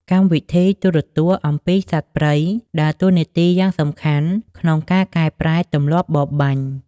កម្មវិធីទូរទស្សន៍អំពីសត្វព្រៃ ដើរតួនាទីយ៉ាងសំខាន់ក្នុងការកែប្រែទម្លាប់បរបាញ់។